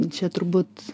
čia turbūt